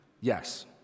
yes